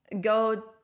go